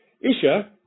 Isha